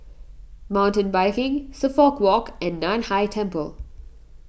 Mountain Biking Suffolk Walk and Nan Hai Temple